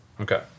Okay